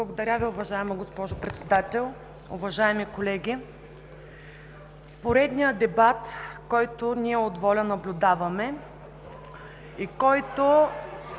Благодаря Ви, уважаема госпожо Председател. Уважаеми колеги, поредният дебат, който ние от „Воля“ наблюдаваме и в който,